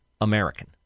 American